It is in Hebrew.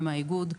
עם האיגוד,